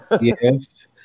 Yes